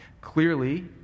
Clearly